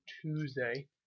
Tuesday